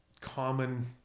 common